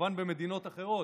כמובן במדינות אחרות,